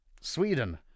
Sweden